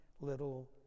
little